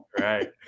right